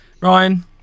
Ryan